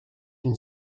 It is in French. une